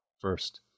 First